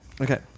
Okay